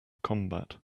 combat